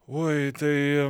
oi tai